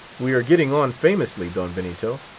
we are getting on famously, don benito.